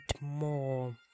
more